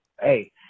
Hey